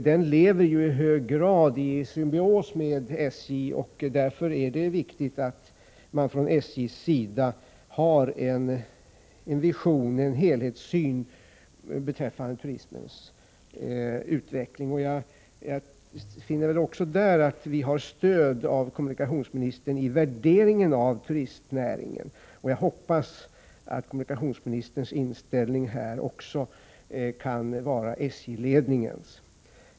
Den lever i hög grad i symbios med SJ, och därför är det viktigt att man från SJ:s sida har en vision och en helhetssyn när det gäller turismens utveckling. Jag finner att vi har stöd av kommunikationsministern också i värderingen av turistnäringen. Jag hoppas att kommunikationsministerns inställning i det avseendet också kan vara SJ-ledningens.